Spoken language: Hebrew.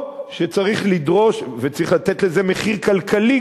או שצריך לדרוש וצריך לתת לזה מחיר כלכלי,